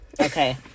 Okay